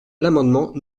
l’amendement